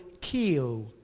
kill